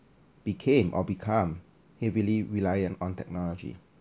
became or become heavily reliant on technology